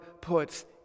puts